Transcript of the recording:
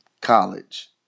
college